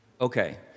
Okay